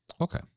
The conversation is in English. Okay